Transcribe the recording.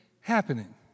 happening